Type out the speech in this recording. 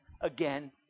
again